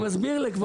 אני מסביר לכבודו.